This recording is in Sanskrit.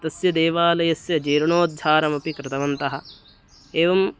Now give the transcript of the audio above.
तस्य देवालयस्य जीर्णोद्धारमपि कृतवन्तः एवं